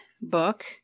book